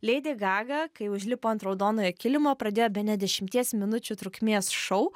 leidi gaga kai užlipo ant raudonojo kilimo pradėjo bene dešimties minučių trukmės šou